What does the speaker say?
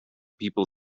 people